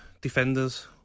defenders